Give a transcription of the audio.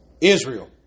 Israel